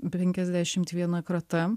penkiasdešimt viena krata